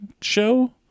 show